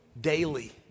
daily